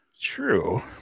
True